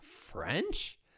French